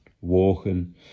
walking